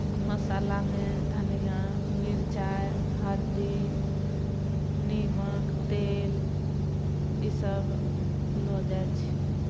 मसालामे धनिया मिर्चाइ हरदि निमक तेल ईसभ लऽ जाइ छियै